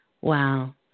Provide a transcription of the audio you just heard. Wow